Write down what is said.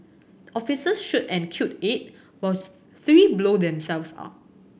officers shoot and kill eight while three blow themselves up